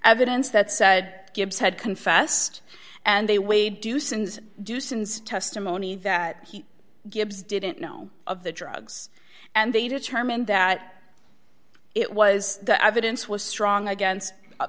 evidence that said gibbs had confessed and they way do sins do since testimony that he gives didn't know of the drugs and they determined that it was the evidence was strong against